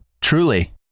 truly